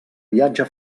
viatge